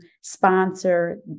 sponsor